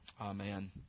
Amen